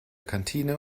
kantine